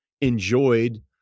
enjoyed